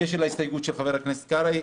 לגבי ההסתייגות של חבר הכנסת קרעי,